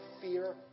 fear